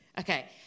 Okay